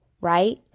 right